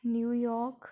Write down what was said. new your